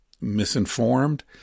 misinformed